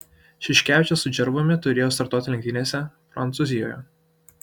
šiškevičius su džervumi turėjo startuoti lenktynėse prancūzijoje